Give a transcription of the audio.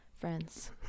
Friends